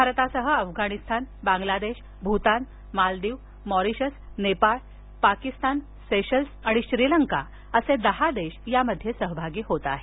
भारतासह Afghanistan Bangladesh Bhutan Maldives Mauritius Nepal Pakistan Seychelles आणि श्रीलंका असे दहा देश यामध्ये सहभागी होत आहेत